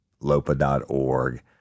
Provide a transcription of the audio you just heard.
lopa.org